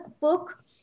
book